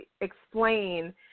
explain